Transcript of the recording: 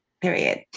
period